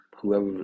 whoever